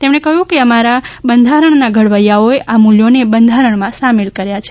તેમણે કહ્યું કે અમારા બંધારણના ઘડવૈયાઓએ આ મૂલ્યોને બંધારણમાં સામેલ કર્યા છે